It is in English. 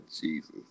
Jesus